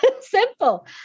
simple